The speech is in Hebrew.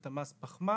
את מס הפחמן,